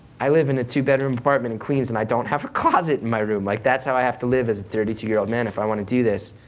i live in a two bedroom apartment in queens, and i don't have a closet in my room. like that's how i have to live as a thirty two year old man if i want to do this.